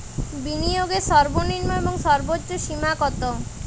বিনিয়োগের সর্বনিম্ন এবং সর্বোচ্চ সীমা কত?